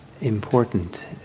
important